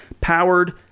powered